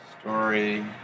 Story